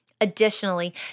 Additionally